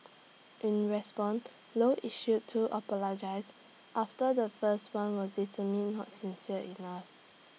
in response low issued two apologies after the first one was determine not sincere enough